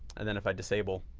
and then if i disable,